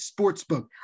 sportsbook